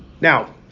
Now